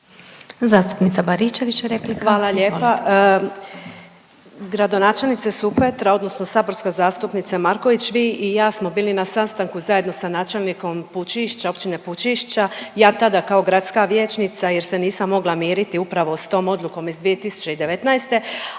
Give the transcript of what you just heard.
Hvala lijepa. Gradonačelnice Supetra, odnosno saborska zastupnice Marković vi i ja smo bili na sastanku zajedno sa načelnikom Pučišća, općine Pućišća. Ja tada kao gradska vijećnica jer se nisam mogla miriti upravo sa tom odlukom iz 2019.